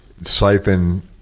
siphon